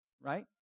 right